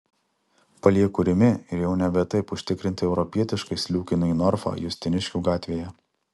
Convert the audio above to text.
palieku rimi ir jau nebe taip užtikrintai europietiškai sliūkinu į norfą justiniškių gatvėje